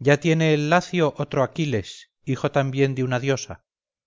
ya tiene el lacio otro aquiles hijo también de una diosa